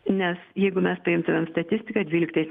nes jeigu mes paimtumėm statistiką dvyliktais